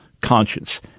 conscience